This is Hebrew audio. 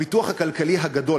הפיתוח הכלכלי הגדול,